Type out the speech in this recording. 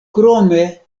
krome